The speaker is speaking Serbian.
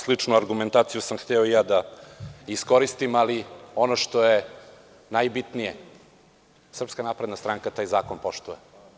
Sličnu argumentaciju sam hteo i ja da iskoristim, ali, ono što je najbitnije – SNS taj zakon poštuje.